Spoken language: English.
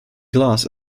glass